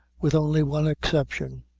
with only one exception.